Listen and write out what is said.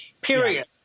period